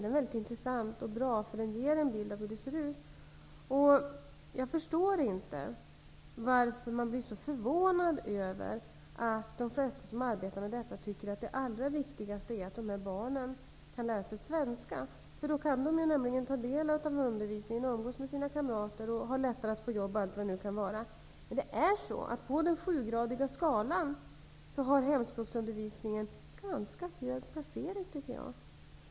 Den är mycket intressant och bra. Den ger en bild av hur det ser ut. Jag förstår inte varför man blir så förvånad över att de flesta som arbetar med detta, tycker att det allra viktigaste är att dessa barn kan läsa svenska. Då kan de ju ta del av undervisningen, umgås med sina kamrater, har lättare att få jobb osv. Jag tycker att hemspråksundervisningen har ganska hög placering på den sjugradiga skalan.